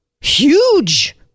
huge